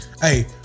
Hey